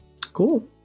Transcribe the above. Cool